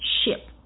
ship